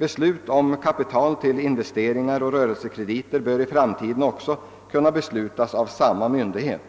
Beslut om kapital till investeringar och rörelsekrediter bör i framtiden kunna beslutas av samma myndighet.